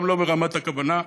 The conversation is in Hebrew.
גם לא ברמת הכוונה,